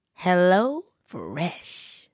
HelloFresh